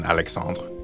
Alexandre